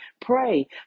Pray